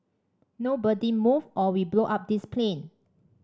nobody move or we blow up this plane